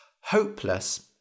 Hopeless